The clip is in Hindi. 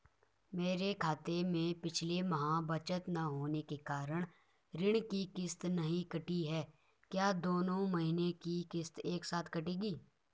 मेरे खाते में पिछले माह बचत न होने के कारण ऋण की किश्त नहीं कटी है क्या दोनों महीने की किश्त एक साथ कटेगी?